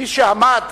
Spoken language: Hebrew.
מי שעמד